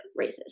racist